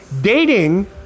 Dating